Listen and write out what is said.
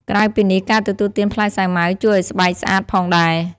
ក្រៅពីនេះ ការទទួលទាន ផ្លែសាវម៉ាវ ជួយអោយស្បែកស្អាតផងដែរ។